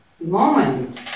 moment